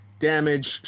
damage